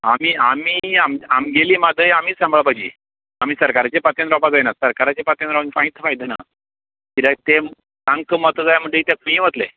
आमी आमी आमगेली म्हादय आमीच सांबाळपाची आमी सरकाराचेर पातयेवन रावपा जायना सरकाराचेर पातयेवन रावन कांयच फायदो ना किद्याक ते आमकां मतां जाय म्हणटगी ते खंयी वतले